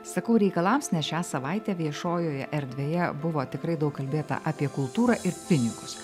sakau reikalams nes šią savaitę viešojoje erdvėje buvo tikrai daug kalbėta apie kultūrą ir pinigus